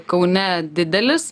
kaune didelis